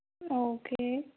okay